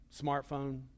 smartphone